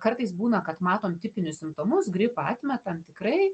kartais būna kad matom tipinius simptomus gripą atmetam tikrai